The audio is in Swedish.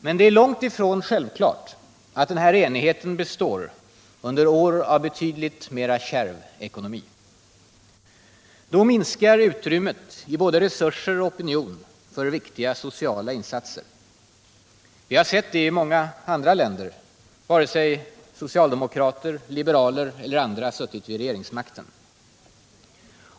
Men det är långt ifrån självklart att den här enigheten består under år av betydligt mera kärv ekonomi. Då minskar utrymmet i både resurser och opinion för viktiga sociala insatser. Vi har sett det i många andra länder, vare sig socialdemokrater, liberaler eller andra suttit vid regeringsmakten.